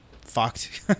fucked